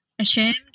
ashamed